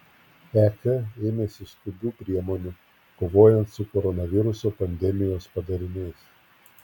ek ėmėsi skubių priemonių kovojant su koronaviruso pandemijos padariniais